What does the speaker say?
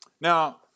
now